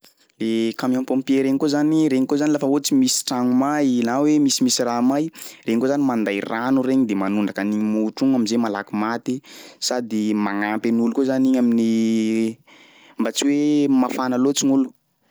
Le camion pompier regny koa zany, regny koa zany lafa ohatsy misy tragno may na hoe misimisy raha may regny koa zany manday rano regny de manondraka an'igny motro igny am'zay malaky maty sady magnampy an'olo koa zany igny amin'ny mba tsy hoe mafana loatsy gn'olo.